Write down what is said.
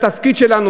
התפקיד שלנו,